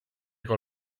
con